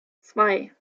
zwei